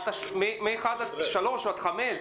מאחד עד שלוש או עד חמש.